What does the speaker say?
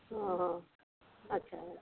ᱦᱚᱸ ᱟᱪᱪᱷᱟ